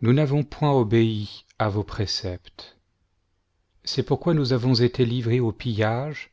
nous n'avons point obéi à vos préceptes c'est pourquoi nous avons été livrés au pillage